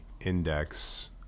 index